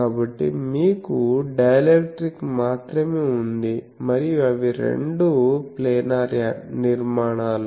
కాబట్టి మీకు డైఎలక్ట్రిక్ మాత్రమే ఉంది మరియు అవి రెండూ ప్లానర్ నిర్మాణాలు